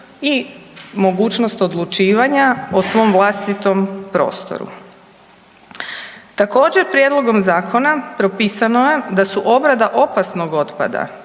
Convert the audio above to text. i mogućnost odlučivanja o svom vlastitom prostoru. Također prijedlogom zakona propisano je da su obrada opasnog otpada